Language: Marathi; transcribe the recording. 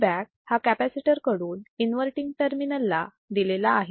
फीडबॅक हा कॅपॅसिटर कडून इन्वर्तींग टर्मिनल ला दिलेला आहे